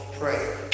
prayer